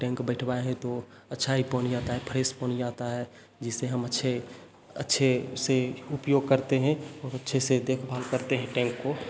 tank बिठवाएँ हैं तो अच्छा ही पानी आता है फ्रेश पानी आता है जिसे हम अच्छे अच्छे से उपयोग करते हैं और अच्छे से देखभाल करते है टैंक को